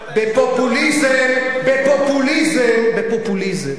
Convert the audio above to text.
בפופוליזם, בפופוליזם, בפופוליזם